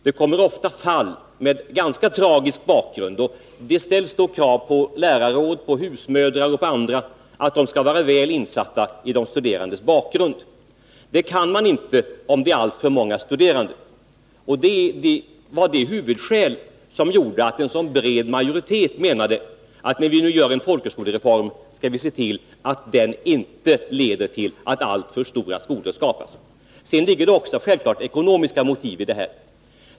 Det kommer ofta fall med ganska tragisk bakgrund. Det ställs då krav på lärare, husmödrar och andra att de skall vara väl insatta i de studerandes bakgrund. Det kan de inte vara om de studerande är alltför många. Det var det väsentligaste skälet till beslutet. En bred majoritet menade att när vi genomförde en folkhögskolereform, skulle vi se till att den inte leder till att alltför stora skolor skapas. Sedan finns det självklart också ekonomiska motiv.